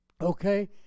Okay